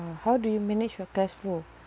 uh how do you manage your cashflow